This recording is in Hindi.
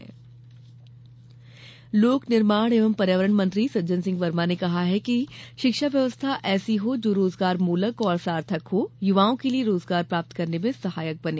कॅरियर मेला लोक निर्माण एवं पर्यावरण मंत्री सज्जन सिंह वर्मा ने कहा है कि शिक्षा व्यवस्था ऐसी हो जो रोजगारमूलक तथा सार्थक हो और युवाओं के लिये रोजगार प्राप्त करने में सहायक बने